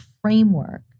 framework